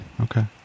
okay